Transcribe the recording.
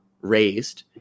raised